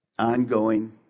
Ongoing